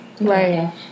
Right